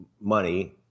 money